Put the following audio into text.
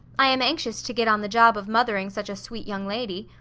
i am anxious to git on the job of mothering such a sweet young lady.